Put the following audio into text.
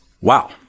Wow